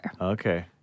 Okay